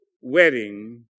wedding